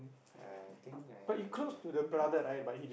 I think I